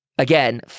Again